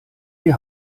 die